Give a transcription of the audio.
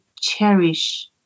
cherish